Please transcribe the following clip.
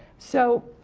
so,